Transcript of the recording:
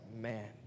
man